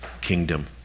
kingdom